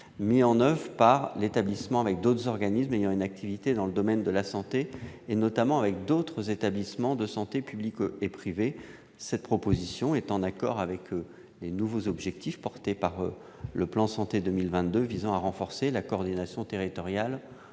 mis en oeuvre par l'établissement avec d'autres organismes ayant une activité dans le domaine de la santé, notamment des établissements de santé, qu'ils soient publics ou privés. Cette proposition est en accord avec les nouveaux objectifs du plan Santé 2022 visant à renforcer la coordination territoriale